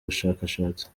bushakashatsi